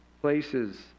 places